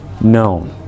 known